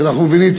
ואנחנו מבינים,